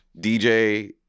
DJ